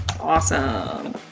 Awesome